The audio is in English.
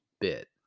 bit